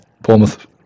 Bournemouth